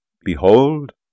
behold